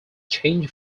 changed